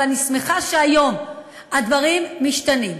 ואני שמחה שהיום הדברים משתנים,